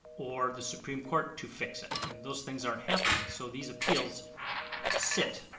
or the supreme court to fix it, and those things aren't happening, so these appeals sit.